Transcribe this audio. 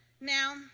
Now